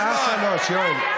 השעה 03:00, יואל.